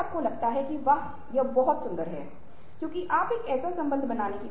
अब कुछ प्रभावी बातचीत की नींव हैं और इन्हे हमें ध्यान में रखना होगा